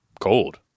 cold